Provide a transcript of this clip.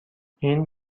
این